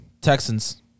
Texans